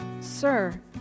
Sir